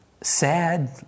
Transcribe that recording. sad